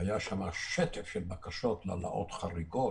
היה שם שטף של בקשות להעלאות חריגות,